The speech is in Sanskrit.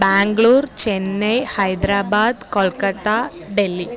ब्याङ्ग्लूर् चेन्नै हैद्राबाद् कोल्कत्ता डेल्लि